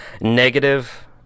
negative